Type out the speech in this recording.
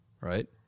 right